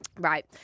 Right